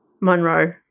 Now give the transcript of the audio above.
Monroe